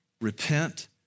repent